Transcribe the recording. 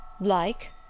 Like